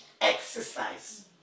exercise